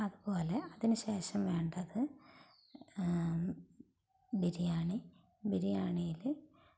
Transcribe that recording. അതുപോലെ അതിന് ശേഷം വേണ്ടത് ബിരിയാണി ബിരിയാണിയില്